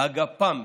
הגפ"ם,